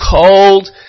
cold